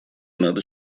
надо